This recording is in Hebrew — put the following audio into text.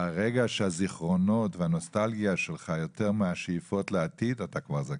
ברגע שהזיכרונות והנוסטלגיה שלך הם יותר מהשאיפות לעתיד אתה כבר זקן.